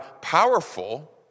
powerful